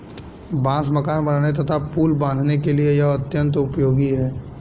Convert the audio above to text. बांस मकान बनाने तथा पुल बाँधने के लिए यह अत्यंत उपयोगी है